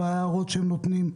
וההערות שהם מעירים.